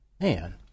man